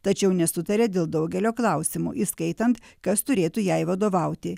tačiau nesutarė dėl daugelio klausimų įskaitant kas turėtų jai vadovauti